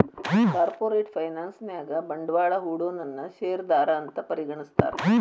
corporate finance ನ್ಯಾಗ ಬಂಡ್ವಾಳಾ ಹೂಡೊನನ್ನ ಶೇರ್ದಾರಾ ಅಂತ್ ಪರಿಗಣಿಸ್ತಾರ